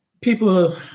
people